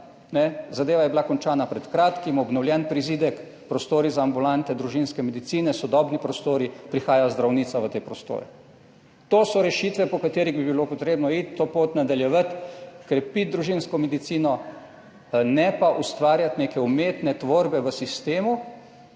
zadeva je bila končana pred kratkim, obnovljen prizidek, prostori za ambulante družinske medicine, sodobni prostori, prihaja zdravnica v te prostore. To so rešitve, po katerih bi bilo potrebno iti, to pot nadaljevati, krepiti družinsko medicino, ne pa ustvarjati neke umetne tvorbe v sistemu,